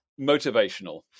motivational